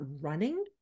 running